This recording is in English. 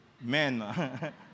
man